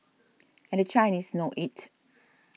and the Chinese know it